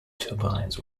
turbines